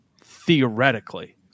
Theoretically